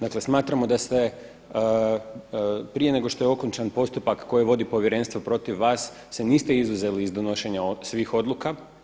Dakle, smatramo da ste prije nego što je okončan postupak koje vodi povjerenstvo protiv vas se niste izuzeli u donošenju svih odluka.